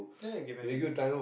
ya given given